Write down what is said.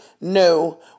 no